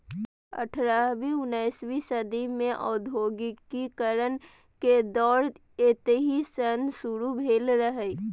अठारहवीं उन्नसवीं सदी मे औद्योगिकीकरण के दौर एतहि सं शुरू भेल रहै